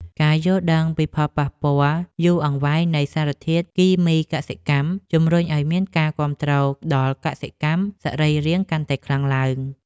ការយល់ដឹងពីផលប៉ះពាល់យូរអង្វែងនៃសារធាតុគីមីកសិកម្ម ជម្រុញឱ្យមានការគាំទ្រដល់កសិកម្មសរីរាង្គកាន់តែខ្លាំងឡើង។